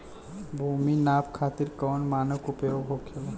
भूमि नाप खातिर कौन मानक उपयोग होखेला?